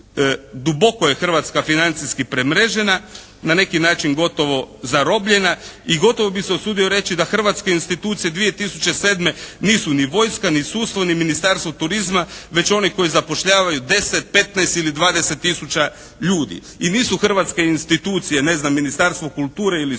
Duboko je Hrvatska financijski premrežena. Na neki način gotovo zarobljena. I gotovo bih se usudio reći da hrvatske institucije 2007. nisu ni vojska, ni sudstvo, ni Ministarstvo turizma već oni koji zapošljavaju 10, 15 ili 20 tisuća ljudi. I nisu hrvatske institucije ne znam Ministarstvo kulture ili sporta već